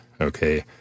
okay